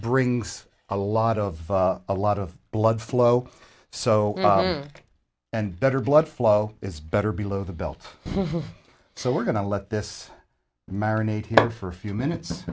brings a lot of a lot of blood flow so and better blood flow is better below the belt so we're going to let this marinate here for a few minutes